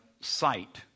sight